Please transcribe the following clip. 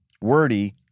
wordy